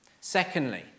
Secondly